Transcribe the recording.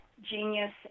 genius